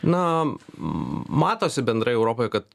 na matosi bendrai europoje kad